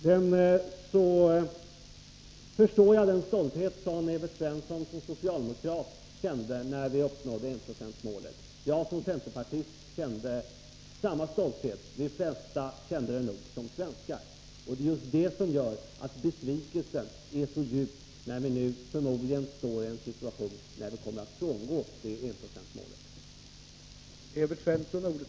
Jag förstår den stolthet som Evert Svensson som socialdemokrat kände när vi uppnådde enprocentsmålet. Jag som centerpartist kände samma stolthet. De flesta kände det nog som svenskar. Det är just det som gör att besvikelsen är så djup när vi står i en situation där vi förmodligen kommer att frångå enprocentsmålet.